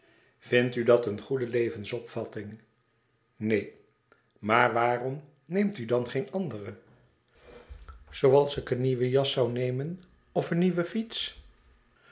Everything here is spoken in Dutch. vindt u dat een goede levensopvatting neen maar waarom neemt u er dan geen andere zooals ik een nieuwe jas zoû nemen of een nieuwe fiets